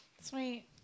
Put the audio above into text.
sweet